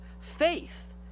faith